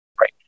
Right